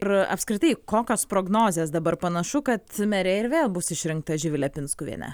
ir apskritai kokios prognozės dabar panašu kad merė ir vėl bus išrinkta živilė pinskuvienė